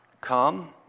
come